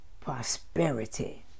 prosperity